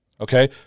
okay